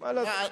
מה לעשות,